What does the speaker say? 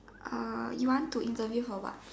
you want to interview her what